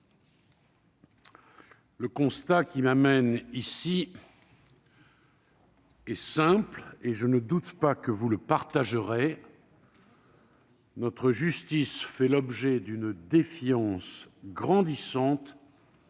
le constat qui m'amène ici est simple et je ne doute pas que vous le partagerez : notre justice fait l'objet d'une défiance grandissante